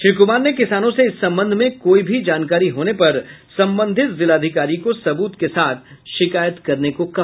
श्री कुमार ने किसानों से इस संबंध में कोई भी जानकारी होने पर संबंधित जिलाधिकारी को सबूत के साथ शिकायत करने को कहा